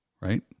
Right